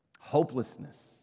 hopelessness